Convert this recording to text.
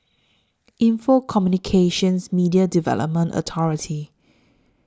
Info Communications Media Development Authority